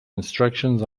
instructions